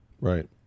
Right